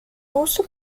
also